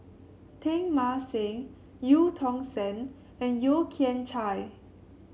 Teng Mah Seng Eu Tong Sen and Yeo Kian Chai